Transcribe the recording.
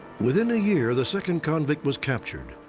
within a year, the second convict was captured.